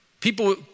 people